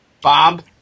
Bob